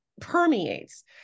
permeates